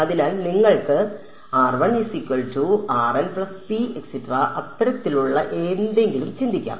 അതിനാൽ നിങ്ങൾക്ക് അത്തരത്തിലുള്ള എന്തെങ്കിലും ചിന്തിക്കാം